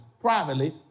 Privately